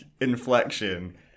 inflection